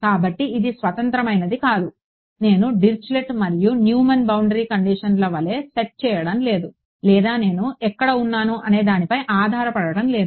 కాబట్టి ఇది స్వతంత్రమైనది కాదు నేను డిరిచ్లెట్ మరియు న్యూమాన్ బౌండరీ కండిషన్ల వలె సెట్ చేయడం లేదు లేదా నేను ఎక్కడ ఉన్నాను అనే దానిపై ఆధారపడటం లేదు